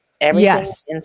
Yes